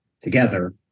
together